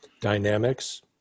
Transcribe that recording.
Dynamics